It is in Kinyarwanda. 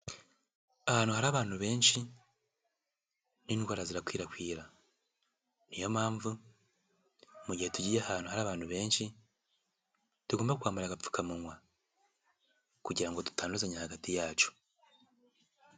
Ahantu hari abantu benshi n'indwara zirakwirakwira, niyo mpamvu mu gihe tugiye ahantu hari abantu benshi, tugomba kwambara agapfukamunwa kugira ngo tutanduzanya hagati yacu.